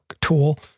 Tool